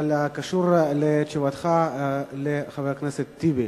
אבל קשור לתשובתך לחבר הכנסת טיבי.